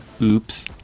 Oops